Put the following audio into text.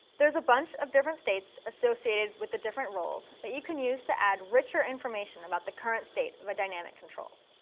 there's a bunch of different states associated with the different roles that you can use to add richer information about the current state of a dynamic control.